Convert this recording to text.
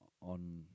on